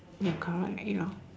ya correct